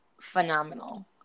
phenomenal